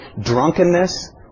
drunkenness